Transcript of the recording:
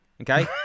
Okay